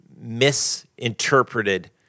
misinterpreted